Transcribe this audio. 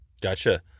Gotcha